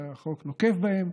שהחוק נוקב בהן,